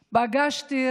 פגשתי,